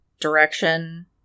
direction